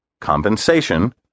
compensation